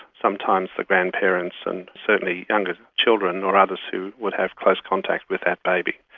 sometimes the grandparents and certainly younger children or others who would have close contact with that baby.